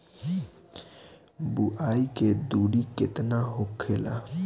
बुआई के दूरी केतना होखेला?